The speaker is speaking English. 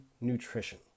nutrition